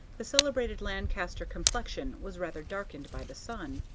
the celebrated lancaster complexion was rather darkened by the sun.